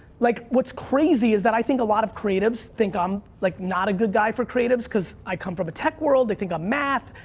like what's crazy is that i think a lot of creatives think i'm like not a good guy for creatives cuz i come from a tech world. they think i'm math.